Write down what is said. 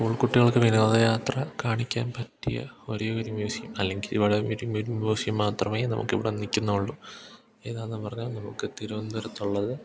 school കുട്ടികൾക്ക് വിനോദ യാത്ര കാണിക്കാൻ പറ്റിയ ഒരേയൊരു മ്യൂസിയം അല്ലെങ്കിൽ വളരെ മ്യൂസിയം മാത്രമേ നമുക്ക് ഇവിടെ നിൽക്കുന്നുള്ളൂ ഏതാണെന്ന് പറഞ്ഞാൽ നമുക്ക് തിരുവനന്തപുരത്തുള്ളത്